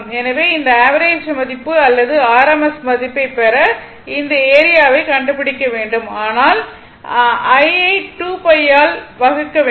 எனவே இந்த ஆவரேஜ் மதிப்பு அல்லது ஆர்எம்எஸ் மதிப்பைப் பெற இந்த ஏரியாவை கண்டுபிடிக்க வேண்டும் ஆனால் iT யை 2 ஆல் வகுக்க வேண்டும்